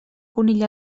conill